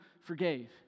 forgave